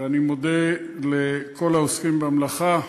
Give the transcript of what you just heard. ואני מודה לכל העוסקים במלאכה,